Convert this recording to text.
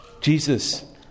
Jesus